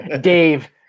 Dave